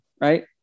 right